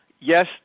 yes